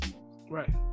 right